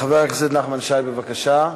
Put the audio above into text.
חבר הכנסת נחמן שי, בבקשה.